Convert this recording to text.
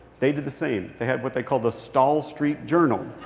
they did the same. they had what they called the stall street journal.